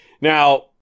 Now